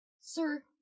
sir